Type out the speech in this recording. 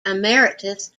emeritus